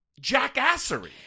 jackassery